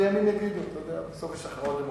וימים יגידו, אתה יודע, בסוף יש הכרעות דמוקרטיות.